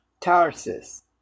Tarsus